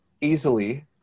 easily